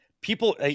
people